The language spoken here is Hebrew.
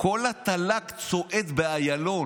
הטייסים יצאו להפגנה.